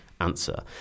answer